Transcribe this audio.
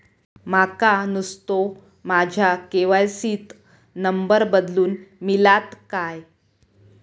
माका नुस्तो माझ्या के.वाय.सी त नंबर बदलून मिलात काय?